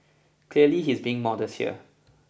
clearly he's being modest here